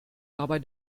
dabei